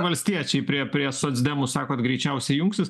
valstiečiai prie prie socdemų sakot greičiausiai jungsis